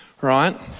right